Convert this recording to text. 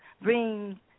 Bring